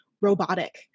robotic